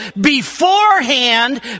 beforehand